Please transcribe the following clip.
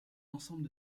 ensemble